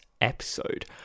episode